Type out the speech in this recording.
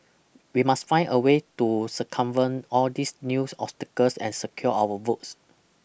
we must find a way to circumvent all these new obstacles and secure our votes